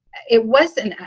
it wasn't,